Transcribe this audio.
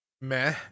meh